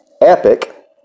EPIC